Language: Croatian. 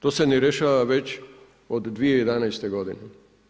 To se ne rješava već od 2011. godine.